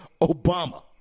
Obama